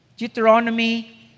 Deuteronomy